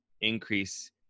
increase